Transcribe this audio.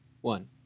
one